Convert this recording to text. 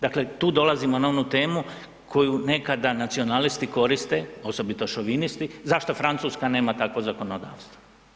Dakle, tu dolazimo na onu temu koju nekada nacionalisti koriste, osobito šovinisti, zašto Francuska nema takvo zakonodavstvo.